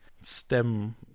STEM